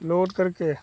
load करके